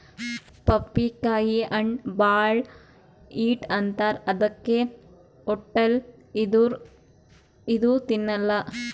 ಪಪ್ಪಿಕಾಯಿ ಹಣ್ಣ್ ಭಾಳ್ ಹೀಟ್ ಅಂತಾರ್ ಅದಕ್ಕೆ ಹೊಟ್ಟಲ್ ಇದ್ದೋರ್ ಇದು ತಿನ್ನಲ್ಲಾ